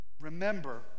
Remember